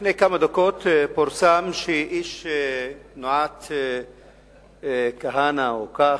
לפני כמה דקות פורסם שאיש תנועת כהנא, או "כך",